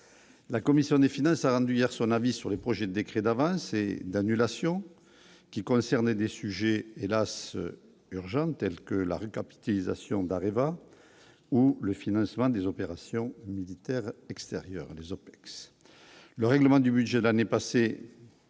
la commission des finances, a rendu hier son avis sur les projets de décrets d'avance et d'annulation qui concernaient des sujets hélas urgentes telles que la recapitalisation d'Areva ou le financement des opérations militaires extérieures, les OPEX, le règlement du budget l'année passée,